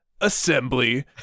Assembly